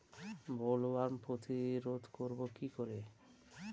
Bollworm প্রতিরোধ করব কি করে?